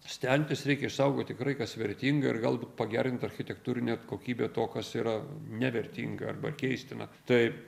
stengtis reikia išsaugot tikrai kas vertinga ir galbūt pagerint architektūrinę kokybę to kas yra nevertinga arba keistina taip